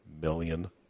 million